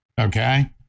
okay